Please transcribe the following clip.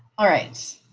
alright,